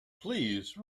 please